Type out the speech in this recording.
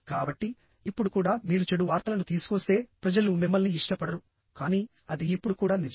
కాబట్టిఇప్పుడు కూడా మీరు చెడు వార్తలను తీసుకువస్తే ప్రజలు మిమ్మల్ని ఇష్టపడరుకానీ అది ఇప్పుడు కూడా నిజం